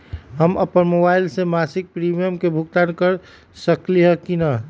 हम अपन मोबाइल से मासिक प्रीमियम के भुगतान कर सकली ह की न?